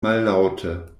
mallaŭte